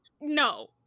no